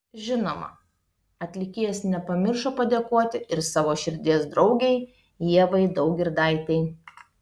žinoma atlikėjas nepamiršo padėkoti ir savo širdies draugei ievai daugirdaitei